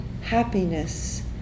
happiness